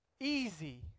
easy